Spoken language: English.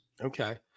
Okay